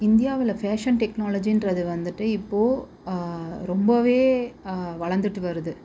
இந்தியாவில் ஃபேஷன் டெக்னாலஜிங்றது வந்துட்டு இப்போது ரொம்பவே வளர்ந்துட்டு வருது